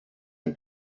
and